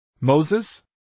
Moses